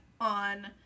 on